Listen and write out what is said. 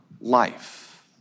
life